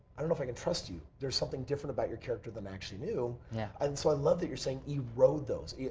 i don't know if i can trust you. there's something different about your character than actually knew. yeah. and so, i love that you're saying erode those. yeah